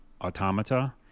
automata